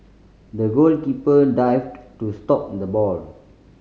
the goalkeeper dived to stop the ball